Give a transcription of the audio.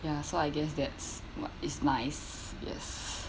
ya so I guess that's what is nice yes